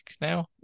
now